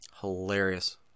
hilarious